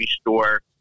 store